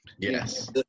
Yes